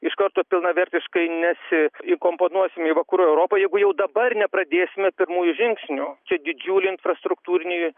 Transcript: iš karto pilnavertiškai nesiįkomponuosim į vakarų europą jeigu jau dabar nepradėsime pirmųjų žingsnių čia didžiuliai infrastruktūriniai